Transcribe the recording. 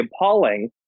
appalling